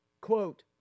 quote